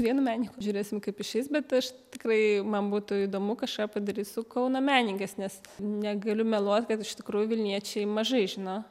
vienu menininku žiūrėsim kaip išeis bet aš tikrai man būtų įdomu kažką padaryt su kauno menininkais nes negaliu meluot kad iš tikrųjų vilniečiai mažai žino